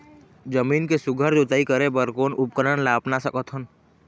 जमीन के सुघ्घर जोताई करे बर कोन उपकरण ला अपना सकथन?